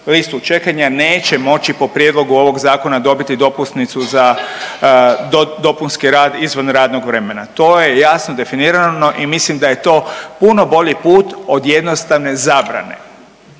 listu čekanja neće moći po prijedlogu ovog zakona dobiti dopusnicu za dopunski rad izvan radnog vremena. To je jasno definirano i mislim da je to puno bolji put od jednostavne zabrane.